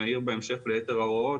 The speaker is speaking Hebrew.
נעיר בהמשך לגבי יתר ההוראות.